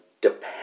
Depends